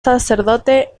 sacerdote